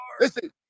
Listen